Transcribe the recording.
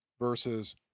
versus